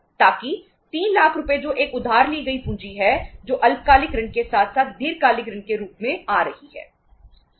ताकि 3 लाख रुपये जो एक उधार ली गई पूंजी है जो अल्पकालिक ऋण के साथ साथ दीर्घकालिक ऋण के रूप में आ रही है